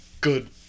good